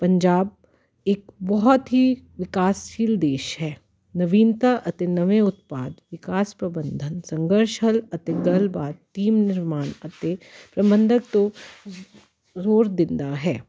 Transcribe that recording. ਪੰਜਾਬ ਇੱਕ ਬਹੁਤ ਹੀ ਵਿਕਾਸਸ਼ੀਲ ਦੇਸ਼ ਹੈ ਨਵੀਨਤਾ ਅਤੇ ਨਵੇਂ ਉਤਪਾਦ ਵਿਕਾਸ ਪ੍ਰਬੰਧਨ ਸ਼ੰਘਰਸ਼ਲ ਅਤੇ ਗੱਲਬਾਤ ਟੀਮ ਨਿਰਮਾਣ ਅਤੇ ਪ੍ਰਬੰਧਕ ਤੋਂ ਜ਼ੋਰ ਦਿੰਦਾ ਹੈ